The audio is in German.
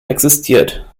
existiert